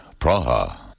Praha